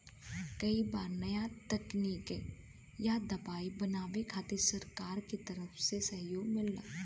कई बार नया तकनीक या दवाई बनावे खातिर सरकार के तरफ से सहयोग मिलला